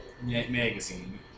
magazine